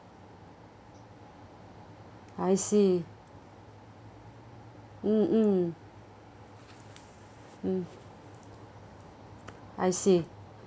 I see mm mm mm I see